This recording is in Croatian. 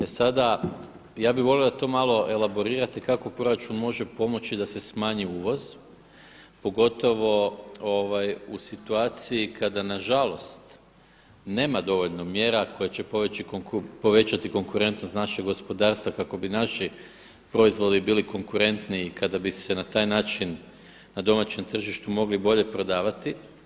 E sada, ja bi volio da to malo elaborirate kako proračun može pomoći da se smanji uvoz pogotovo u situaciji kada nažalost nema dovoljno mjera koje će povećati konkurentnost našeg gospodarstva kako bi naši proizvodi bili konkurentniji, kada bi se na taj način na domaćem tržištu mogli bolje prodavati.